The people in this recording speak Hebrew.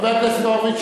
חבר הכנסת הורוביץ,